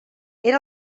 era